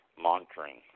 monitoring